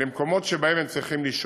למקומות שבהם הם צריכים לשהות.